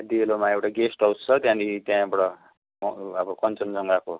डेलोमा एउटा guest house छ त्यहाँदेखि त्यहाँबाट अब कञ्चनजङ्घाको